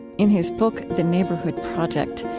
in his book the neighborhood project,